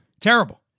Terrible